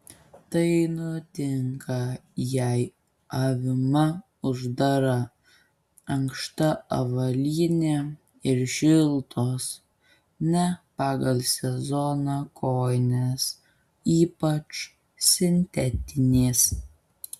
tai nutinka jei avima uždara ankšta avalynė ir šiltos ne pagal sezoną kojinės ypač sintetinės